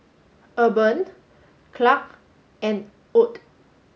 Urban Clarke and Ott